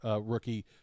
rookie